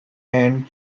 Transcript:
and